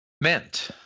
meant